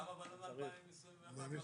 למה פנו ב-2021 --- זה